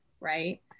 right